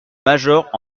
major